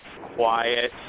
quiet